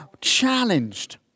challenged